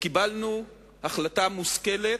וקיבלנו החלטה מושכלת,